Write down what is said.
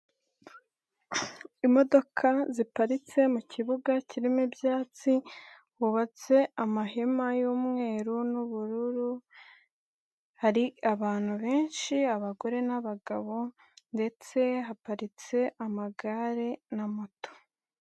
Imodoka ziparitse mu kibuga kirimo ibyatsi hubatse amahema y'umweru n'ubururu hari abantu benshi abagore n'abagabo ndetse haparitse amagare na moto.